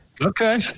Okay